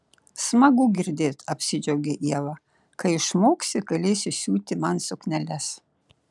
smagu girdėt apsidžiaugė ieva kai išmoksi galėsi siūti man sukneles